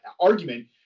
argument